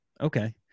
Okay